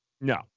No